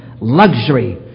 luxury